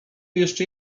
jeszcze